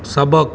सबक़ु